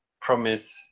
promise